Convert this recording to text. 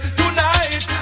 tonight